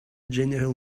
general